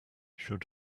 should